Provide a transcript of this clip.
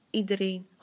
iedereen